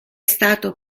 stato